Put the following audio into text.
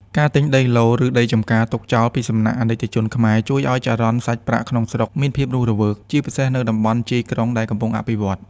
ការទិញដីឡូតិ៍ ឬដីចម្ការទុកចោលពីសំណាក់ អាណិកជនខ្មែរ ជួយឱ្យ "ចរន្តសាច់ប្រាក់ក្នុងស្រុក" មានភាពរស់រវើក ជាពិសេសនៅតំបន់ជាយក្រុងដែលកំពុងអភិវឌ្ឍ។